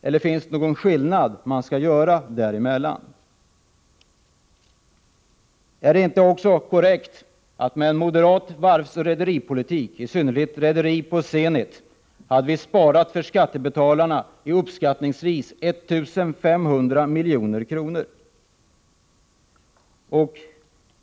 Eller skall man göra någon åtskillnad därvidlag? Är det inte också korrekt att vi med en moderat varvsoch rederipolitik — i synnerhet rederipolitik, vad avser Zenit — hade sparat uppskattningsvis 1 500 milj.kr. åt skattebetalarna?